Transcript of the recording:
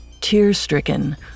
Tear-stricken